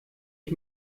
ich